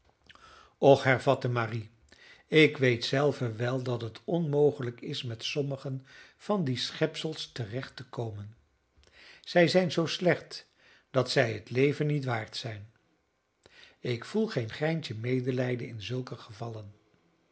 och hervatte marie ik weet zelve wel dat het onmogelijk is met sommigen van die schepsels te recht te komen zij zijn zoo slecht dat zij het leven niet waard zijn ik voel geen greintje medelijden in zulke gevallen